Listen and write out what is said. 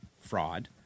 fraud